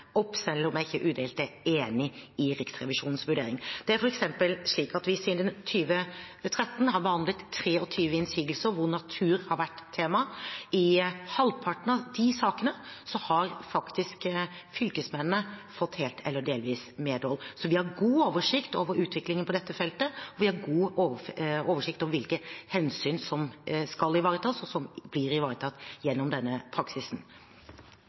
opp, selv om jeg ikke er udelt enig i Riksrevisjonens vurdering. Siden 2013 har vi f.eks. behandlet 23 innsigelser hvor natur har vært tema. I halvparten av de sakene har faktisk fylkesmennene fått helt eller delvis medhold. Vi har god oversikt over utviklingen på dette feltet, og vi har god oversikt over hvilke hensyn som skal ivaretas, og som blir ivaretatt gjennom denne praksisen.